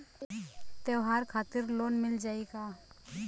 त्योहार खातिर लोन मिल जाई का?